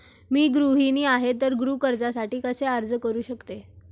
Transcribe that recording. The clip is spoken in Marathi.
मी गृहिणी आहे तर गृह कर्जासाठी कसे अर्ज करू शकते?